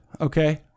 okay